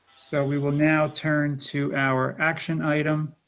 so we will now turn to our action item.